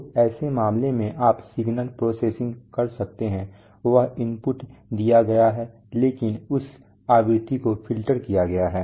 तो ऐसे मामले में आप सिग्नल प्रोसेसिंग कर सकते हैं वह इनपुट दिया गया है लेकिन उस आवृत्ति को फ़िल्टर किया गया है